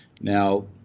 Now